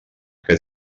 que